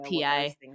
pi